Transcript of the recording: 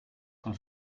von